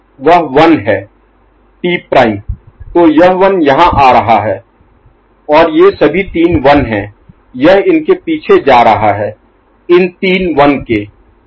तो यह 1 यहां आ रहा है और ये सभी तीन 1 है यह इनके पीछे जा रहा है इन तीन 1 के